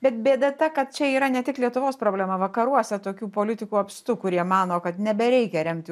bet bėda ta kad čia yra ne tik lietuvos problema vakaruose tokių politikų apstu kurie mano kad nebereikia remti